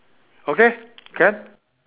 okay can